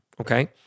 okay